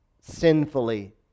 sinfully